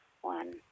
one